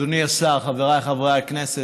אדוני השר, חבריי חברי הכנסת,